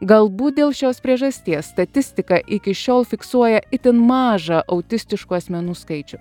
galbūt dėl šios priežasties statistika iki šiol fiksuoja itin mažą autistiškų asmenų skaičių